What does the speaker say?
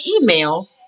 email